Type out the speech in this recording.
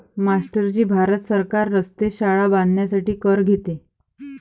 master ji Bharat सरकार रस्ते, शाळा बांधण्यासाठी कर घेते